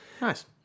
Nice